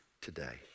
today